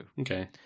Okay